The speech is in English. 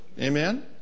Amen